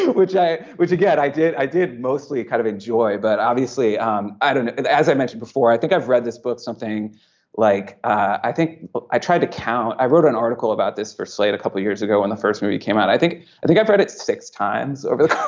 which i which again i did i did mostly kind of enjoy but obviously um i don't as i mentioned before i think i've read this book something like i think i tried to count i wrote an article about this for slate a couple of years ago when the first movie came out i think i think i've read it six times over the